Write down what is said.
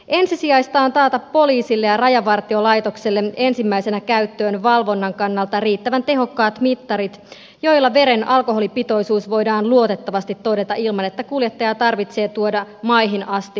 ensisijaista on taata poliisille ja rajavartiolaitokselle ensimmäisenä käyttöön valvonnan kannalta riittävän tehokkaat mittarit joilla veren alkoholipitoisuus voidaan luotettavasti todeta ilman että kuljettajaa tarvitsee tuoda maihin asti mittauksiin